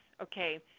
Okay